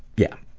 yeah.